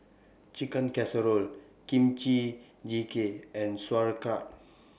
Chicken Casserole Kimchi Jjigae and Sauerkraut